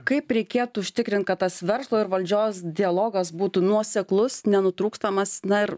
kaip reikėtų užtikrint kad tas verslo ir valdžios dialogas būtų nuoseklus nenutrūkstamas na ir